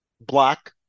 black